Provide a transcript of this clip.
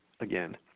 again